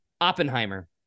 Oppenheimer